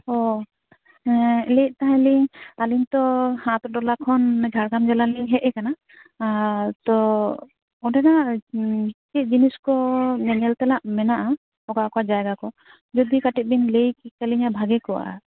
ᱚ ᱦᱮᱸ ᱞᱟᱹᱭᱮᱫ ᱛᱟᱦᱮᱸᱱᱞᱤᱧ ᱟᱞᱤᱧ ᱛᱚ ᱟᱹᱛᱩ ᱴᱚᱞᱟ ᱠᱷᱚᱱ ᱡᱷᱟᱲᱜᱨᱟᱢ ᱡᱮᱞᱟ ᱞᱤᱧ ᱦᱮᱡ ᱠᱟᱱᱟ ᱟᱨ ᱛᱚ ᱚᱸᱰᱮᱱᱟᱜ ᱪᱮᱫ ᱡᱤᱱᱤᱥ ᱠᱚ ᱧᱧᱮᱞ ᱛᱮᱱᱟᱜ ᱢᱮᱱᱟᱜᱼᱟ ᱚᱠᱟ ᱚᱠᱟ ᱡᱟᱭᱜᱟ ᱠᱚ ᱡᱩᱫᱤ ᱠᱟᱹᱴᱤᱡ ᱵᱮᱱ ᱞᱟᱹᱭ ᱠᱮᱞᱤᱧᱟ ᱵᱷᱟᱹᱜᱤ ᱠᱚᱜᱼᱟ